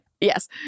Yes